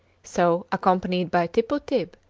so, accompanied by tippu-tib,